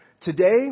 Today